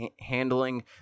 handling